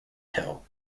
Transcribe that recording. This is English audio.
hill